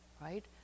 right